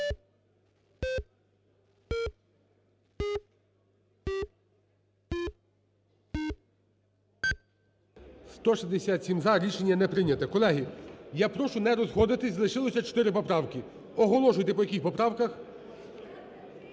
За-167 Рішення не прийняте. Колеги, я прошу не розходитись, лишилося чотири поправки. Оголошуйте по яких поправках.